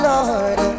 Lord